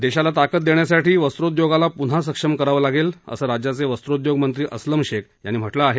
देशाला ताकद देण्यासाठी वस्त्रोद्योगला पुन्हा सक्षम करावं लागेल असं राज्याचे वस्त्रोद्योगमंत्री अस्लम शेख यांनी म्हटलं आहे